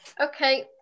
Okay